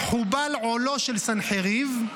חבל עולו של סנחריב,